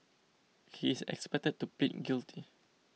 he is expected to plead guilty